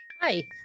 Hi